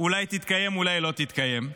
אולי תתקיים ואולי לא תתקיים,